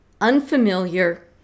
unfamiliar